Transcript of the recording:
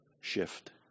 shift